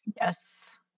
yes